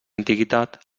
antiguitat